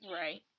right